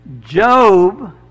Job